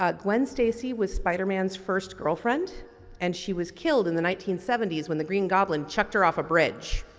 ah gwen stacy was spider man's first girlfriend and she was killed in the nineteen seventy s when the green goblin chucked her off a bridge.